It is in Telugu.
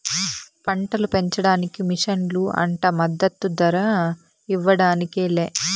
పంటలు పెంచడానికి మిషన్లు అంట మద్దదు ధర ఇవ్వడానికి లే